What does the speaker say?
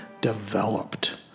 developed